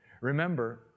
Remember